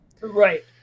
right